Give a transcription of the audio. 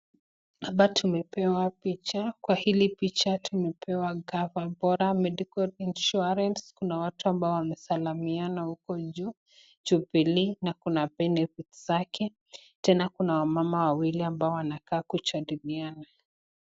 Hapa tumepewa picha, kwa hili picha kuna coverbora medical insurance kuna watu ambao wamesalimiana huko juu, jubilee na benefits zake, tena kuna wamama wawili wanakaa kusalimiana.